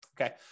Okay